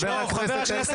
חבר הכנסת